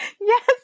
Yes